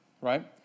right